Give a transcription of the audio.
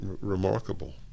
remarkable